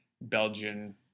Belgian